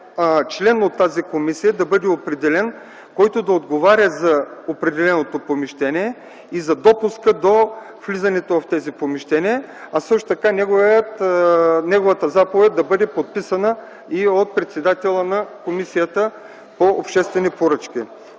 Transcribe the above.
член от тази комисия да бъде определен да отговаря за съответното помещение и за допуска за влизането в тези помещения, а също така неговата заповед да бъде подписана и от председателя на Комисията по обществени поръчки.